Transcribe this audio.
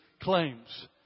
claims